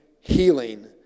healing